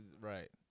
Right